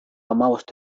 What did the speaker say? hamabost